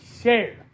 share